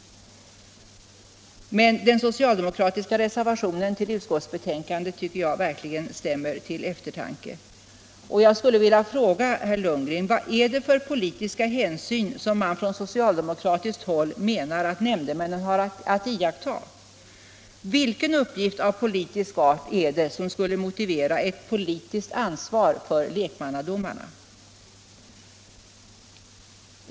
Men den socialdemokratiska reservationen till utskottsbetänkandet stämmer verkligen till eftertanke. Jag skulle vilja fråga herr Lundgren: Vilka politiska hänsyn menar socialdemokraterna att nämndemännen har att iaktta? Vilken uppgift av politisk art skulle motivera ett politiskt ansvar för lekmannadomarna?